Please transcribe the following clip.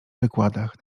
wykładach